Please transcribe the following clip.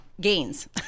gains